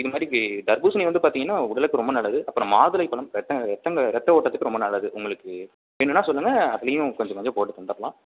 இதுமாதிரி தர்பூசணி வந்து பார்த்தீங்கன்னா உடலுக்கு ரொம்ப நல்லது அப்புறம் மாதுளை பழம் ரத்த ரத்தம் ரத்த ஓட்டத்துக்கு ரொம்ப நல்லது உங்களுக்கு வேணும்னால் சொல்லுங்க அதுலேயும் கொஞ்சம் கொஞ்சம் போட்டு தந்துடலாம்